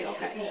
Okay